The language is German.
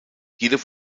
jedoch